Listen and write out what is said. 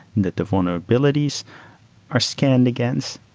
that the vulnerabilities are scanned against,